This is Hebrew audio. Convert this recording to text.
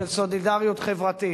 של סולידריות חברתית,